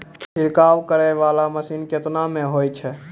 छिड़काव करै वाला मसीन केतना मे होय छै?